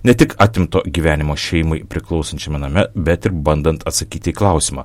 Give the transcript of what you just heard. ne tik atimto gyvenimo šeimai priklausančiame name bet ir bandant atsakyti į klausimą